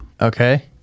Okay